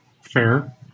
fair